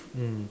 mm